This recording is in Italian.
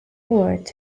award